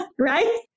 Right